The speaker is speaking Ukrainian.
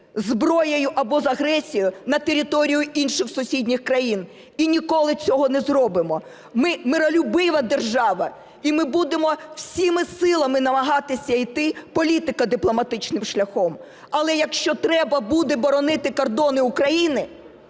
зброєю або з агресією на територію інших сусідніх країн і ніколи цього не зробимо. Ми миролюбива держава і ми будемо всіма силами намагатися йти політико-дипломатичним шляхом, але якщо треба буде боронити кордони України,